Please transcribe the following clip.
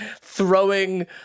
throwing